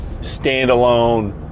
standalone